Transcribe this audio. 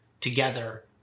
together